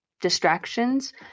distractions